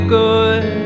good